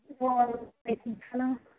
وعلیکُم اسلام